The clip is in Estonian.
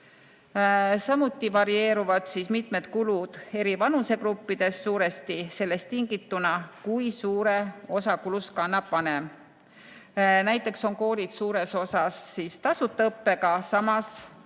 Samuti varieeruvad mitmed kulud eri vanusegruppides suuresti sellest tingituna, kui suure osa kulust kannab vanem. Näiteks on koolid suures osas tasuta õppega, samas